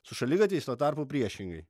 su šaligatviais tuo tarpu priešingai